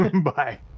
Bye